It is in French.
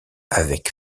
avec